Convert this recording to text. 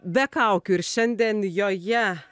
be kaukių ir šiandien joje